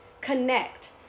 CONNECT